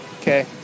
Okay